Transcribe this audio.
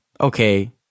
okay